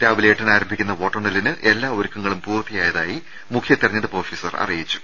രാവിലെ എട്ടിന് ആരംഭിക്കുന്ന വോട്ടെണ്ണലിന് എല്ലാ ഒരുക്കങ്ങളും പൂർത്തിയായതായി മുഖ്യ തെരഞ്ഞെടുപ്പ് ഓഫീസർ അറി യിച്ചു